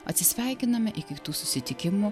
atsisveikiname iki kitų susitikimų